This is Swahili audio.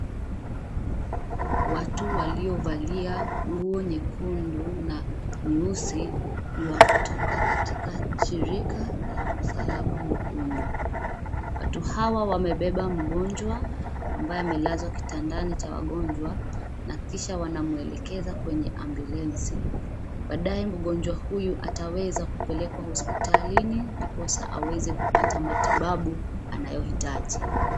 Watu waliovalia nguo nyekundu na nyeusi ni wa kutoka katika shirika la Msalaba Mwekundu. Watu hawa wamebeba mgonjwa ambaye amelazwa kitandani cha wagonjwa na kisha wanamuelekeza kwenye ambulensi. Baadaye mgonjwa huyu ataweza kupelekwa hospitalini ndiposa aweze kupata matibabu anayohitaji.